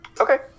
Okay